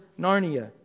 Narnia